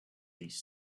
these